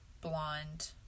Blonde